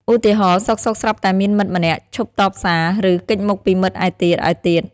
ឧទាហរណ៍ សុខៗស្រាប់តែមានមិត្តម្នាក់ឈប់តបសារ ឬ គេចមុខពីមិត្តឯទៀតៗ។